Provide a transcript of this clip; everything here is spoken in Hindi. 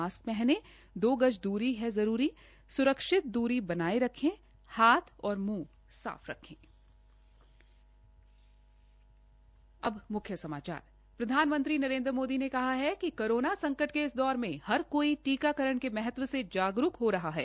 मास्क पहनें दो गज दूरी है जरूरी सुरक्षित दूरी बनाये रखें हाथ और मुंह साफ रखें प्रधानमंत्री नरेन्द्र मोदी ने कहा है कि कोरोना संकट के इस दौर में हर कोई टीकाकरण के महत्व से जागरूक हो रहा है